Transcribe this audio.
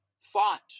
fought